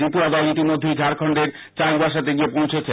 ত্রিপুরা দল ইতিমধ্যেই ঝাড়খন্ডের চাইবাসাতে গিয়ে পৌঁছেছে